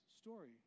story